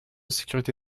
sécurité